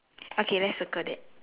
okay let's circle that